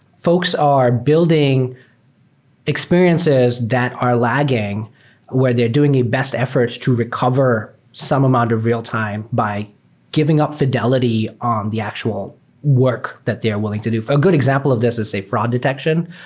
folks are building experiences that are lagging where they're doing best efforts to recover some amount of real-time by giving up fi delity on the actual work that they're willing to do. a good example of this is, say, fraud detection.